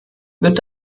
wird